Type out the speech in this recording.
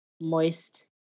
moist